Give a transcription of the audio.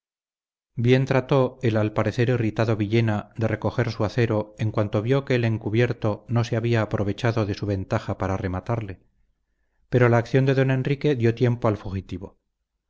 bien trató el al parecer irritado villena de recoger su acero en cuanto vio que el encubierto no se había aprovechado de su ventaja para rematarle pero la acción de don enrique dio tiempo al fugitivo